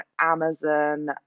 Amazon